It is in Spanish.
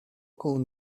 con